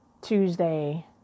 Tuesday